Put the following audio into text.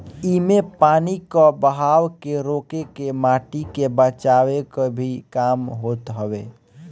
इमे पानी कअ बहाव के रोक के माटी के बचावे कअ भी काम होत हवे